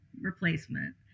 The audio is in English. replacement